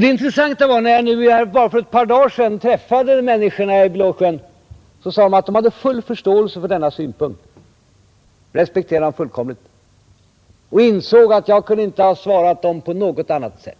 Det intressanta var, när jag bara för ett par dagar sedan träffade människor från Blåsjön, att de hade full förståelse för denna synpunkt, att de respekterade den fullkomligt och insåg att jag inte kunde ha svarat dem på något annat sätt.